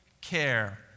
care